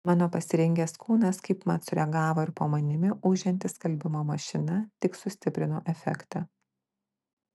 mano pasirengęs kūnas kaip mat sureagavo ir po manimi ūžianti skalbimo mašina tik sustiprino efektą